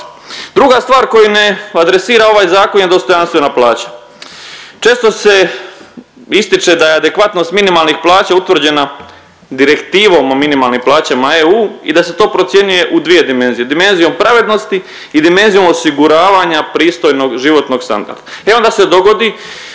Druga stvar koju ne adresira ovaj zakon je dostojanstvena plaća. Često se ističe da je adekvatnost minimalnih plaća utvrđena direktivom o minimalnim plaćama EU i da se to procjenjuje u dvije dimenzije. Dimenzijom pravednosti i dimenzijom osiguravanja pristojnog životnog standarda. E onda se dogodi